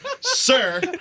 Sir